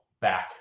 back